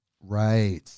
Right